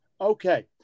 okay